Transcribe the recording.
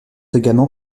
également